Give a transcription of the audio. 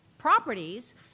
Properties